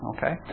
Okay